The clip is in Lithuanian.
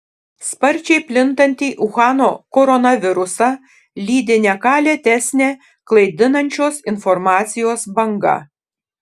sparčiai plintantį uhano koronavirusą lydi ne ką lėtesnė klaidinančios informacijos banga